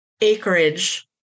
acreage